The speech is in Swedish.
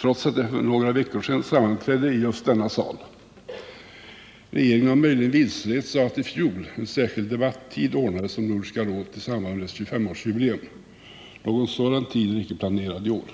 trots att det för några veckor sedan sammanträdde i just denna sal. Regeringen har möjligen vilseletts av att i fjol ordnades en särskild debatt om Nordiska rådet i samband med dess 25-årsjubileum. Någon sådan debatt är inte planerad i år.